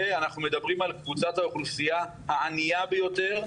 ואנחנו מדברים על קבוצת האוכלוסייה הענייה ביותר,